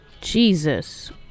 Jesus